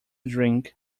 drink